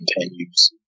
continues